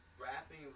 rapping